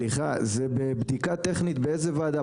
סליחה, זה בבדיקה טכנית באיזה ועדה?